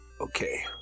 okay